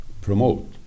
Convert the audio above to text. promote